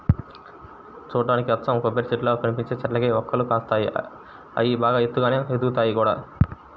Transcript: చూడ్డానికి అచ్చం కొబ్బరిచెట్టుల్లా కనిపించే చెట్లకే వక్కలు కాస్తాయి, అయ్యి బాగా ఎత్తుగానే ఎదుగుతయ్ గూడా